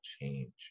change